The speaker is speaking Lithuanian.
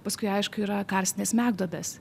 paskui aišku yra karstinės smegduobės